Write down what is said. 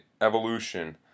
evolution